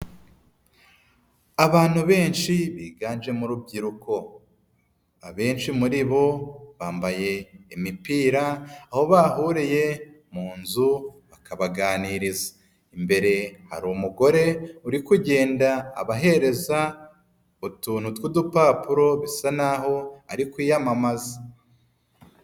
Abantu benshi biganjemo urubyiruko, abenshi muri bo bambaye imipira aho bahuriye mu nzu bakabaganiriza. Imbere hari umugore uri kugenda abahereza utuntu tw'udupapuro, bisa naho ari kwiyamamaza.